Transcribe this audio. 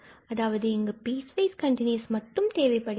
அதாவது இங்கு piecewise continuous மட்டும் தேவைப்படுகிறது